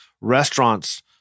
restaurants